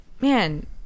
man